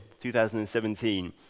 2017